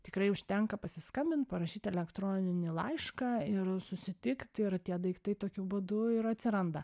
tikrai užtenka pasiskambint parašyt elektroninį laišką ir susitikt ir tie daiktai tokių būdu ir atsiranda